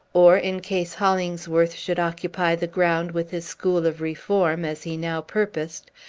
or, in case hollingsworth should occupy the ground with his school of reform, as he now purposed,